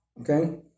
Okay